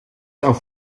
auf